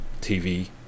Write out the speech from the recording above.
TV